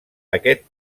aquest